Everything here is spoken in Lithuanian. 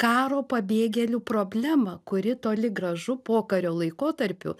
karo pabėgėlių problemą kuri toli gražu pokario laikotarpiu